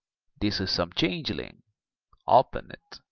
this is some changeling open't.